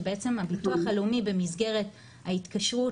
שבעצם הביטוח הלאומי במסגרת התקשרות